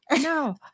No